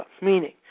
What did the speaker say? meaning